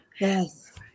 Yes